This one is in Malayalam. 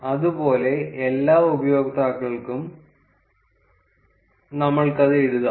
അതുപോലെ എല്ലാ ഉപയോക്താക്കൾക്കും നമ്മൾക്കത് എഴുതാം